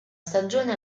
stagione